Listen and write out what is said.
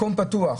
מקום פתוח,